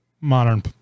Modern